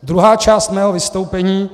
Druhá část mého vystoupení.